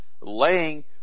laying